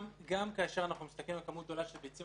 גם כאשר אנחנו מסתכלים על כמות גדולה של ביצים,